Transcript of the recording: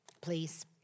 Please